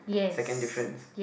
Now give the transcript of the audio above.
second difference